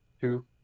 Two